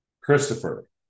Christopher